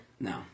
No